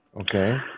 Okay